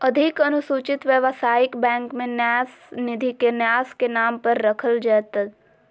अधिक अनुसूचित व्यवसायिक बैंक में न्यास निधि के न्यास के नाम पर रखल जयतय